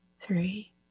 three